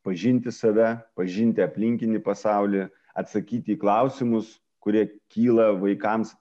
pažinti save pažinti aplinkinį pasaulį atsakyti į klausimus kurie kyla vaikams